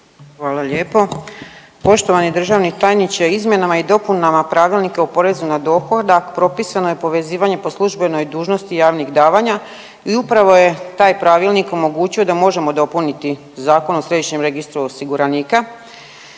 Hvala lijepo. Poštovani državni tajniče izmjenama i dopunama Pravilnika o porezu na dohodak propisano je povezivanje po službenoj dužnosti javnih davanja i upravo je taj pravilnik omogućio da možemo dopuniti Zakon o središnjem registru osiguranika.